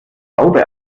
haube